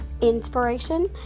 inspiration